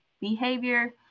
behavior